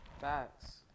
Facts